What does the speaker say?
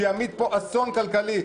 שימיט פה אסון כלכלי.